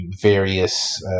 various